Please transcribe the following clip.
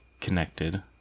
connected